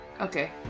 Okay